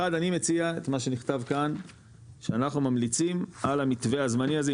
אחד אני מציע את מה שנכתב כאן שאנחנו ממליצים על המתווה הזמני הזה,